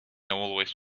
always